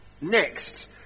Next